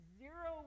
zero